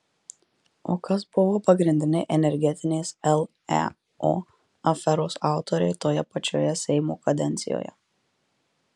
o kas buvo pagrindiniai energetinės leo aferos autoriai toje pačioje seimo kadencijoje